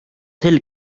sel